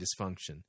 dysfunction